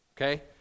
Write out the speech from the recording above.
Okay